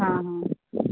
हॅं हॅं